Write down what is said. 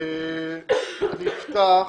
ברשותך,